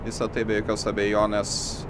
visa tai be jokios abejonės